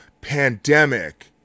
pandemic